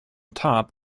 top